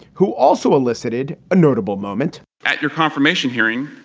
who also elicited a notable moment at your confirmation hearing,